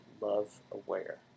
love-aware